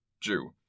Jew